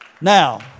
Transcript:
Now